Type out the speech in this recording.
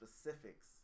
specifics